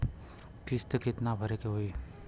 किस्त कितना भरे के होइ?